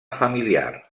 familiar